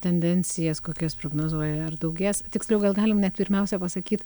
tendencijas kokias prognozuoja ar daugės tiksliau gal galim net pirmiausia pasakyt